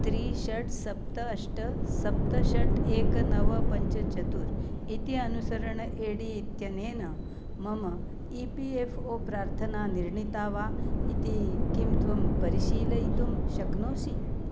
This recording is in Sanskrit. त्रीणि षट् सप्त अष्ट सप्त षट् एकं नव पञ्च चत्वारि इति अनुसरण ए डी इत्यनेन मम ई पी एफ़् ओ प्रार्थना निर्णिता वा इति किं त्वं परिशीलयितुं शक्नोषि